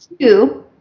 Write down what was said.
two